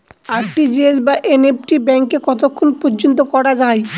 RTGS বা NEFT ব্যাংকে কতক্ষণ পর্যন্ত করা যায়?